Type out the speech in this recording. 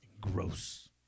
gross